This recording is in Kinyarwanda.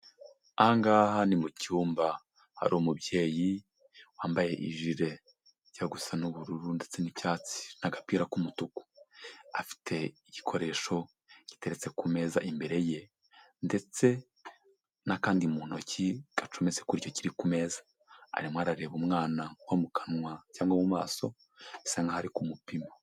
Aha ngaha ni mu cyumba. Hari umubyeyi wambaye ijile ijya gusa n'ubururu ndetse n'icyatsi n'agapira k'umutuku, afite igikoresho giteretse ku meza imbere ye. Ndetse n'akandi mu ntoki gacometse kuri icyo kiri ku meza, arimo arareba umwana wo mu kanwa cyangwa mu masosa nk'ahari kumupima.